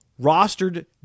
rostered